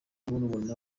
murumuna